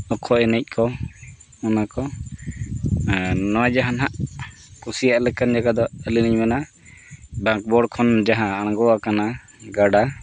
ᱩᱠᱩ ᱮᱱᱮᱡ ᱠᱚ ᱚᱱᱟ ᱠᱚ ᱟᱨ ᱱᱚᱣᱟ ᱡᱟᱦᱟᱱᱟᱜ ᱠᱩᱥᱤᱭᱟᱜ ᱞᱮᱠᱟᱱ ᱡᱟᱭᱜᱟ ᱫᱚ ᱟᱹᱞᱤᱧ ᱞᱤᱧ ᱢᱮᱱᱟ ᱵᱟᱸᱠᱵᱚᱲ ᱠᱷᱚᱱ ᱡᱟᱦᱟᱸ ᱟᱬᱜᱚ ᱟᱠᱟᱱᱟ ᱜᱟᱰᱟ